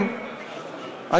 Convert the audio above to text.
תודה רבה לך,